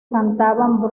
cantaban